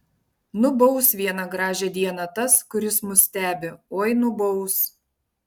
nubaus vieną gražią dieną tas kuris mus stebi oi nubaus